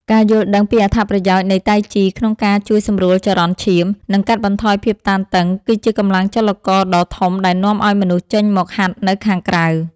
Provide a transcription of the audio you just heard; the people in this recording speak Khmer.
ការយល់ដឹងពីអត្ថប្រយោជន៍នៃតៃជីក្នុងការជួយសម្រួលចរន្តឈាម និងកាត់បន្ថយភាពតានតឹង គឺជាកម្លាំងចលករដ៏ធំដែលនាំឱ្យមនុស្សចេញមកហាត់នៅខាងក្រៅ។